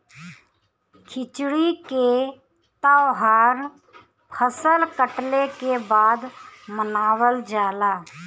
खिचड़ी के तौहार फसल कटले के बाद मनावल जाला